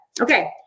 Okay